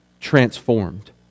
transformed